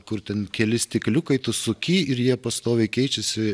kur ten keli stikliukai tu suki ir jie pastoviai keičiasi